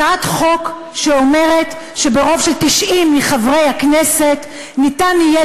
הצעת חוק שאומרת שברוב של 90 מחברי הכנסת יהיה